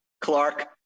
clark